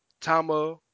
Tama